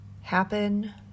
happen